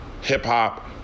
hip-hop